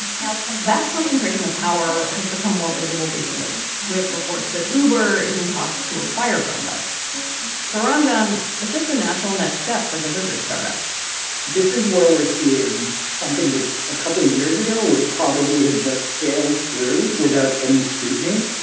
now come back concentration of power has become more. visible recently with reports that uber is in talks to acquire grubhub feron john. it's just a natural next step for delivery startups this is where we're seeing something that a couple of years ago would probably have just sailed through without any scrutiny.